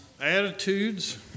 attitudes